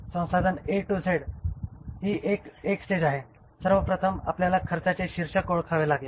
संसाधन A to Z हि एक स्टेज आहे सर्वप्रथम आपल्याला खर्चाचे शीर्षक ओळखावे लागतील